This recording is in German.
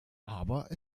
aber